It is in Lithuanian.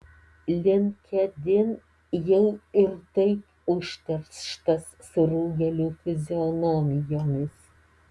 linkedin jau ir taip užterštas surūgėlių fizionomijomis